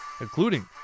including